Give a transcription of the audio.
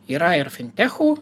yra ir fintechų